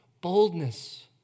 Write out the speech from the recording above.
Boldness